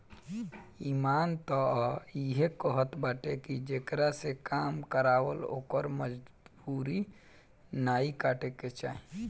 इमान तअ इहे कहत बाटे की जेकरा से काम करावअ ओकर मजूरी नाइ काटे के चाही